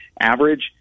average